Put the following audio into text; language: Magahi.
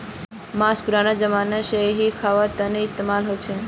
माँस पुरना ज़माना से ही ख्वार तने इस्तेमाल होचे